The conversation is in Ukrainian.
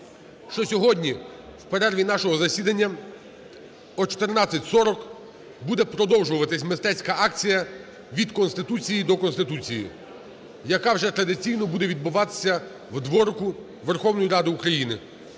що сьогодні в перерві нашого засідання, о 14:40, буде продовжуватись мистецька акція "Від Конституції до Конституції", яка вже традиційно буде відбуватися у дворику Верховної Ради України.